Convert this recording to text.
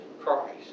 Christ